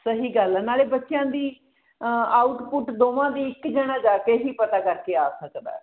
ਸਹੀ ਗੱਲ ਹੈ ਨਾਲੇ ਬੱਚਿਆਂ ਦੀ ਆਊਟਪੁੱਟ ਦੋਵਾਂ ਦੀ ਇੱਕ ਜਣਾ ਜਾ ਕੇ ਹੀ ਪਤਾ ਕਰਕੇ ਆ ਸਕਦਾ